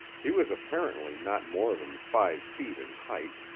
he was apparently not more than five feet in height,